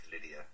Lydia